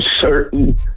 certain